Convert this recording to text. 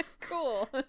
cool